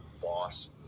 boss